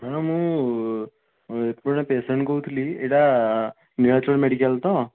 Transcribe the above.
madam ମୁଁ ଏଠୁ ଜଣେ ପେସେଣ୍ଟ୍ କହୁଥିଲି ଏଇଟା ନୀଳାଚଳ ମେଡିକାଲ୍ ତ